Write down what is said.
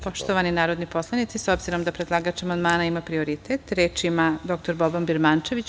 Poštovani narodni poslanici, s obzirom da predlagač amandmana ima prioritet, reč ima dr Boban Birmančević.